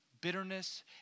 bitterness